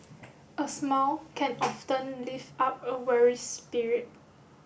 a smile can often lift up a weary spirit